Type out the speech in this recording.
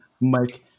Mike